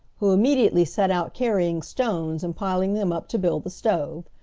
who immediately set out carrying stones and piling them up to build the stove.